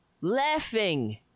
Laughing